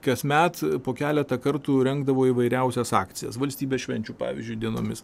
kasmet po keletą kartų rengdavo įvairiausias akcijas valstybės švenčių pavyzdžiui dienomis